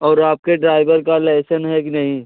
और आपके ड्राईवर का लाइसन है कि नहीं